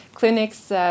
clinics